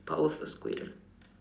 power of a squirrel